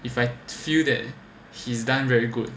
if I feel that he's done very good